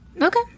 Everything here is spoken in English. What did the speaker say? Okay